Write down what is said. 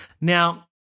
Now